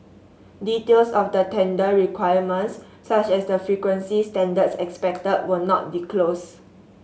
details of the tender requirements such as the frequency standards expected were not disclosed